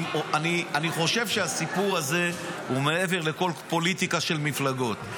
אני חושב שהסיפור הזה הוא מעבר לכל פוליטיקה של מפלגות,